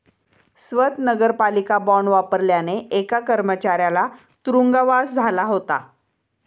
स्वत नगरपालिका बॉंड वापरल्याने एका कर्मचाऱ्याला तुरुंगवास झाला होता